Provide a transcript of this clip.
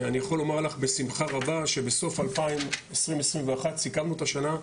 אני יכול לומר לך בשמחה רבה שבסוף 2021 סיכמנו את השנה,